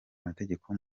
amategeko